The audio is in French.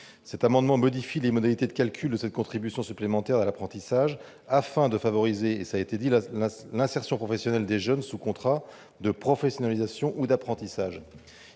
Cet amendement vise à modifier les modalités de calcul de cette contribution supplémentaire, afin de favoriser l'insertion professionnelle des jeunes sous contrat de professionnalisation ou d'apprentissage.